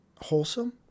Wholesome